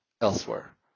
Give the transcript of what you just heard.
elsewhere